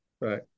right